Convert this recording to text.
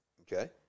okay